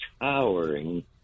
towering